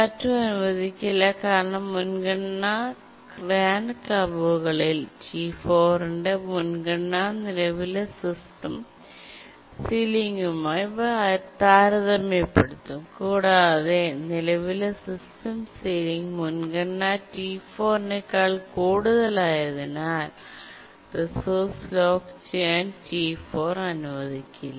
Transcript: CR2 അനുവദിക്കില്ല കാരണം മുൻഗണനാ ഗ്രാന്റ് ക്ലബ്ബുകളിൽ T4 ന്റെ മുൻഗണന നിലവിലെ സിസ്റ്റം സീലിംഗുമായി താരതമ്യപ്പെടുത്തും കൂടാതെ നിലവിലെ സിസ്റ്റം സീലിംഗ് മുൻഗണന T4 നേക്കാൾ കൂടുതലായതിനാൽ റിസോഴ്സ് ലോക്ക് ചെയ്യാൻ T4 അനുവദിക്കില്ല